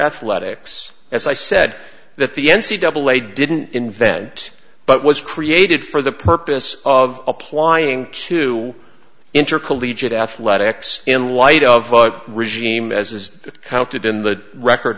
athletics as i said that the n c devil a didn't invent but was created for the purpose of applying to intercollegiate athletics in light of regime as is counted in the record